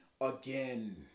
again